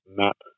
map